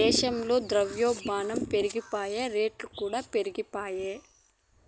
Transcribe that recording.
మన దేశంల ద్రవ్యోల్బనం పెరిగిపాయె, రేట్లుకూడా పెరిగిపాయె